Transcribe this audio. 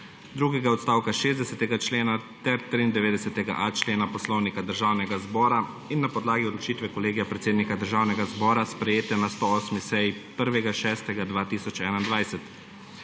drugega odstavka 60. člena ter 93.a člena Poslovnika Državnega zbora in na podlagi odločitve Kolegija predsednika Državnega zbora, sprejete na 108. seji, 1. 6. 2021.